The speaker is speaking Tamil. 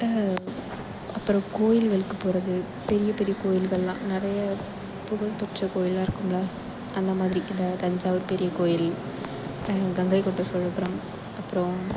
அப்புறோம் கோயில்களுக்கு போவது பெரிய பெரிய கோயில்களெலாம் நிறைய புகழ்பெற்ற கோயிலெலாம் இருக்குமில அந்தமாதிரி இந்த தஞ்சாவூர் பெரிய கோயில் கங்கைகொண்ட சோழபுரம் அப்புறோம்